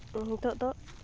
ᱱᱤᱛᱚᱜ ᱫᱚ